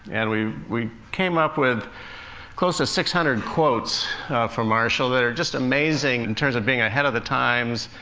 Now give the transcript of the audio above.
and we we came up with close to six hundred quotes from marshall that are just amazing in terms of being ahead of the times,